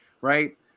Right